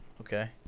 okay